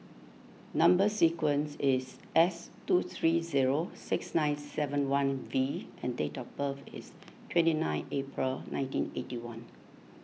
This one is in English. Number Sequence is S two three zero six nine seven one V and date of birth is twenty nine April nineteen eighty one